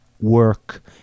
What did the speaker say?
work